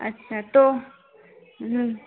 अच्छा तो